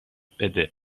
بده